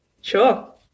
Sure